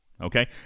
Okay